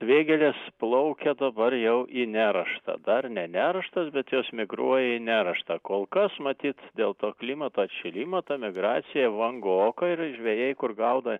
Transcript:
vėgėlės plaukia dabar jau į neraštą dar ne nerštas bet jos migruoja į neraštą kol kas matyt dėl to klimato atšilimo ta migracija vangoka ir žvejai kur gaudo